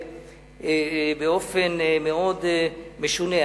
באופן מאוד משונה,